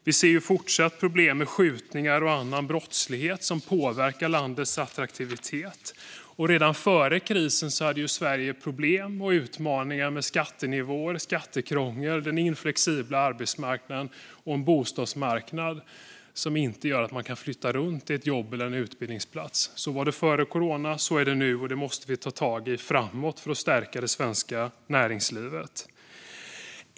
Vi fortsätter att se problem med skjutningar och annan brottslighet som påverkar landets attraktivitet, och redan före krisen hade Sverige problem och utmaningar med skattenivåer, skattekrångel, den oflexibla arbetsmarknaden och en bostadsmarknad som inte gör att man kan flytta till ett jobb eller en utbildning. Så var det före corona, och så är det nu. Detta måste vi ta tag i framåt för att stärka det svenska näringslivet.